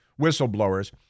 whistleblowers